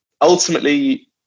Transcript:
ultimately